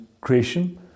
creation